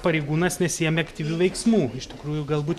pareigūnas nesiėmė aktyvių veiksmų iš tikrųjų galbūt